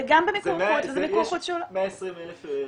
זה גם במיקור חוץ וזה מיקור חוץ שהוא לא --- יש 120,000 זכאים,